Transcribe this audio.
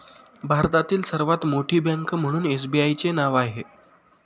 भारतातील सर्वात मोठी बँक म्हणून एसबीआयचे नाव येते